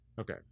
Okay